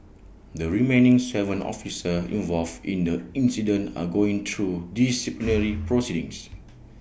the remaining Seven officers involved in the incident are going through disciplinary proceedings